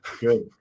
Good